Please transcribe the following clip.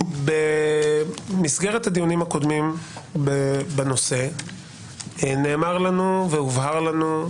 במסגרת הדיונים הקודמים בנושא נאמר לנו והובהר לנו,